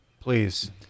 Please